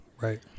Right